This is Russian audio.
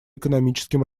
экономическим